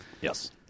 Yes